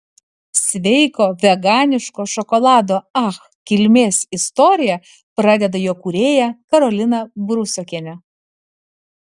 sveiko veganiško šokolado ach kilmės istoriją pradeda jo kūrėja karolina brusokienė